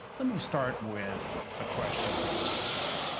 let me start with a question for both of you.